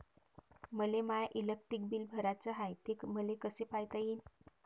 मले माय electric bill भराचं हाय, ते मले कस पायता येईन?